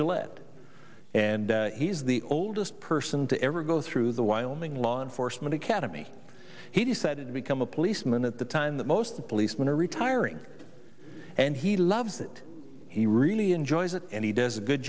it and he is the oldest person to ever go through the wyoming law enforcement academy he decided to become a policeman at the time that most policemen are retiring and he loves it he really enjoys it and he does a good